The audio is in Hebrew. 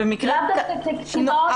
לאו דווקא כקטינות.